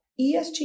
ESG